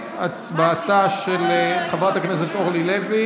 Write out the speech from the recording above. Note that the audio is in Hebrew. הצבעתה של חברת הכנסת אורלי לוי